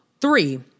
Three